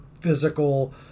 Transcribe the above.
physical